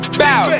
bow